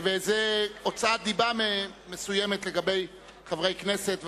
זו הוצאת דיבה מסוימת לגבי חברי כנסת,